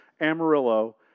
Amarillo